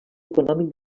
econòmic